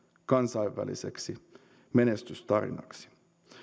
kansainväliseksi menestystarinaksi